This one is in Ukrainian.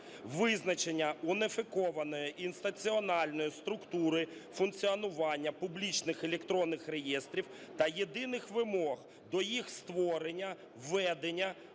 визначення уніфікованої інституціональної структури функціонування публічних електронних реєстрів та єдиних вимог до їх створення, введення,